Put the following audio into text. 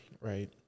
Right